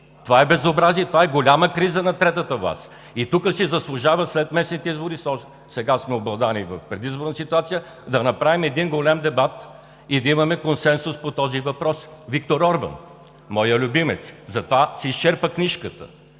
това е безобразие, това е голяма криза на третата власт! Тук си заслужава след местните избори, защото сега сме обладани в предизборна ситуация, да направим един голям дебат и да имаме консенсус по този въпрос. Виктор Орбан – моят любимец, затова се изчерпа книжката,